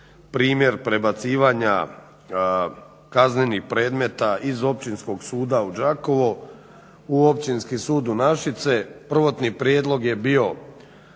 primjer prebacivanja kaznenih predmeta iz Općinskog suda u Đakovo u Općinski sud u Našice. Prvotni prijedlog je bio